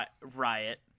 Riot